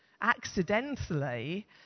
accidentally